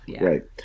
Right